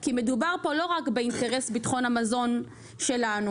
כי מדובר פה לא רק באינטרס ביטחון המזון שלנו,